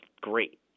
great